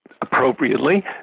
appropriately